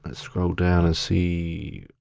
and scroll down and see,